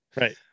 Right